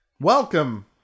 Welcome